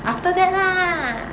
after that lah